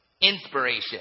inspiration